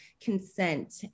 consent